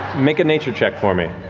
make a nature check for me.